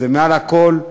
ומעל הכול,